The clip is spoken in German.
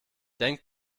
denk